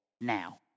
now